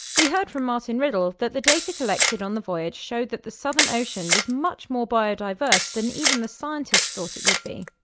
we heard from martin riddle that the data collected on the voyage showed that the southern ocean was much more biodiverse than even the scientists thought it would be.